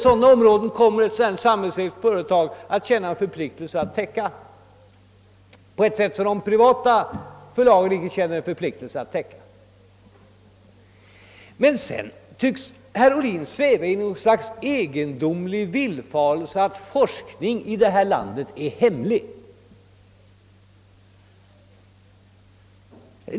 Sådana områden kommer ett samhällsägt företag att känna en förpliktelse att täcka, i motsats till vad de privata företagen gör. Herr Ohlin tycks hysa något slags egendomlig villfarelse att forskning är hemlig i det här landet.